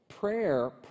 Prayer